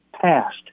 passed